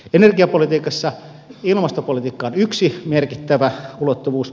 energiapolitiikassa ilmastopolitiikka on yksi merkittävä ulottuvuus